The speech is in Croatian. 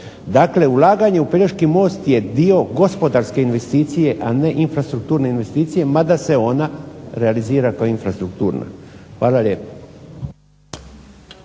Dakle, ulaganje u Pelješki most je dio gospodarske investicije, a ne infrastrukturne investicije mada se ona realizira kao infrastruktura. Hvala lijepa.